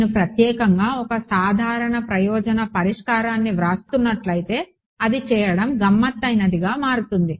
నేను ప్రత్యేకంగా ఒక సాధారణ ప్రయోజన పరిష్కరిణిని వ్రాస్తున్నట్లయితే అది చేయడం గమ్మత్తైనదిగా మారుతుంది